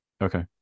Okay